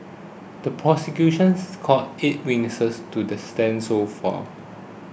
the prosecutions called eight witnesses to the stand so far